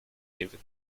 david